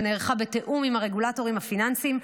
שנערכה בתיאום עם הרגולטורים הפיננסיים,